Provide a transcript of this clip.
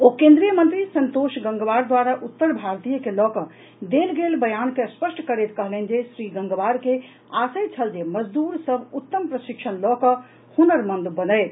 ओ केन्द्रीय मंत्री संतोष गंगवार द्वारा उत्तर भारतीय के लऽ कऽ देल गेल बयान के स्पष्ट करैत कहलनि जे श्री गंगवार के आशय छल जे मजदूर सभ उत्तम प्रशिक्षण लऽ कऽ हुनरमंद बनथि